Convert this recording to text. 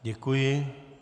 Děkuji.